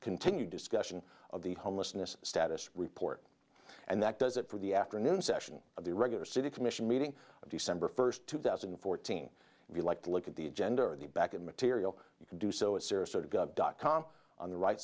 continued discussion of the homelessness status report and that does it for the afternoon session of the regular city commission meeting december first two thousand and fourteen if you like to look at the gender of the back of material you can do so a series sort of dot com on the right